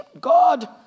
God